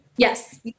Yes